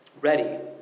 ready